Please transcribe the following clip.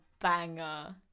banger